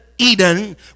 Eden